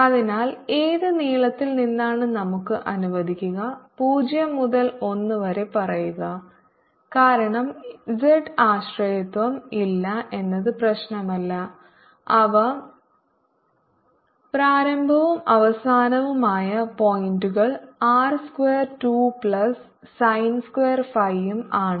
അതിനാൽ ഏത് നീളത്തിൽ നിന്നാണ് നമുക്ക് അനുവദിക്കുക 0 മുതൽ 1 വരെ പറയുക കാരണം z ആശ്രയത്വം ഇല്ല എന്നത് പ്രശ്നമല്ല അവ പ്രാരംഭവും അവസാനവുമായ പോയിന്റുകൾ R square 2 plus sine square phi ഉം ആണ്